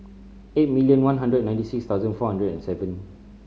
eight million one hundred ninety six thousand four hundred and seven